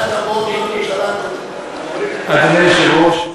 אדוני היושב-ראש,